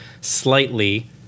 slightly